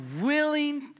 willing